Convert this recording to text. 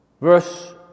Verse